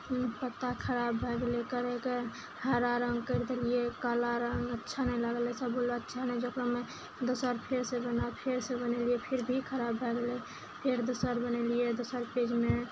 पत्ता खराब भए गेलय करयके हरा रङ्ग करि देलियै काला रङ्ग अच्छा नहि लागलइ सब बोललइ अच्छा नहि देखयमे दोसर फेरसँ बना फेरसँ बनेलियै फेर भी खराब भए गेलय फेर दोसर बनेलियै दोसर पेजमे